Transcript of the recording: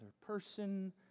person